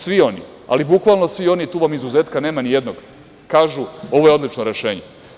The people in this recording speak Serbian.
Svi oni, bukvalno svi oni jer vam tu nema izuzetka ni jednog kažu ovo je odlično rešenje.